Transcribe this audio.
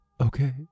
okay